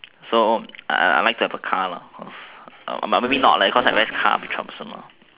so I like to have a car right cause but maybe not cause car will be troublesome